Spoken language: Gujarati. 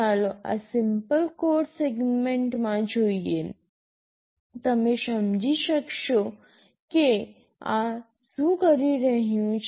ચાલો આ સિમ્પલ કોડ સેગમેન્ટમાં જોઈએ તમે સમજી શકશો કે આ શું કરી રહ્યું છે